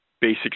basic